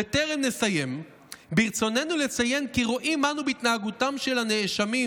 "בטרם נסיים ברצוננו לציין כי רואים אנו בהתנהגותם של הנאשמים"